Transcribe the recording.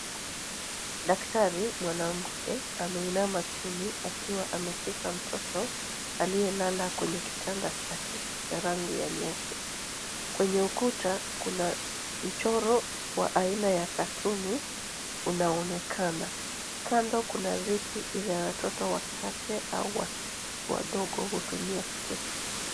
Dajtari mwanamke ameinama chini akiwa ameshika mtoto aliyelala kwenye kitanda chake cha rangi ya nyeupe. Kwenye ukuta kuna mchoro wa aina ya cartoon unaonekana. Kando kuna viti vya watoto wachache au wadogo hutumia kuketi.